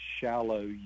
shallow